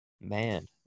Man